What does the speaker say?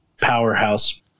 powerhouse